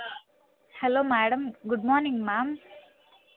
hello madam good morning ma'am